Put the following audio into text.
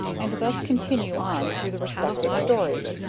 and thus continue on thro' the respective stories,